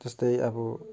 जस्तै अब